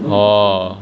orh